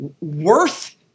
worth